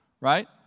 right